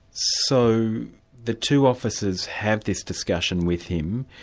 so the two officers have this discussion with him.